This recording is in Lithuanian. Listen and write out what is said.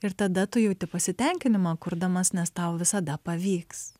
ir tada tu jauti pasitenkinimą kurdamas nes tau visada pavyks